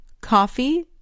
coffee